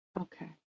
okay